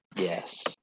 Yes